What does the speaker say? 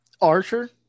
Archer